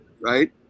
Right